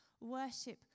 Worship